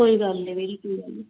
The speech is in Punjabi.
ਕੋਈ ਗੱਲ ਨਹੀਂ ਵੀਰ ਜੀ